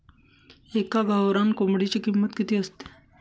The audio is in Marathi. एका गावरान कोंबडीची किंमत किती असते?